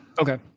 Okay